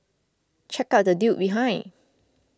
check out the dude behind